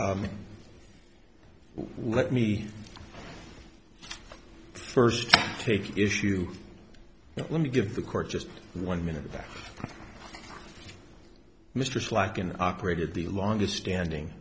let me first take issue and let me give the court just one minute that mr slack and operated the longest standing